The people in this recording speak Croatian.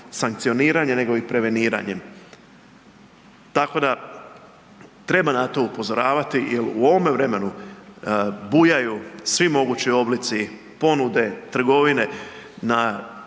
sankcioniranjem nego i preveniranjem. Tako da treba na to upozoravati jel u ovome vremenu bujaju svi mogući ponude, trgovine na,